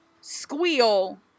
squeal